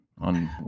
on